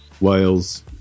wales